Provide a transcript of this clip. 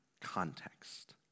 context